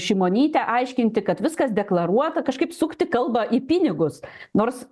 šimonytė aiškinti kad viskas deklaruota kažkaip sukti kalbą į pinigus nors